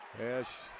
Yes